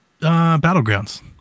Battlegrounds